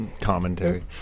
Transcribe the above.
commentary